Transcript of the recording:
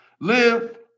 Live